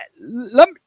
let